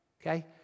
Okay